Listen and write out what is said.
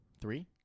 Three